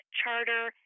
charter